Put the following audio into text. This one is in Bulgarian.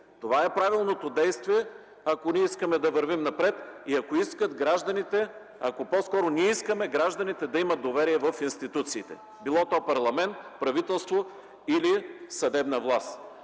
Това е правилното действие, ако ние искаме да вървим напред и ако искат гражданите или по-скоро ако ние искаме гражданите да имат доверие в институциите – било то парламент, правителство или съдебна власт.